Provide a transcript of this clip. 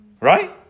right